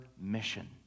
mission